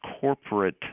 corporate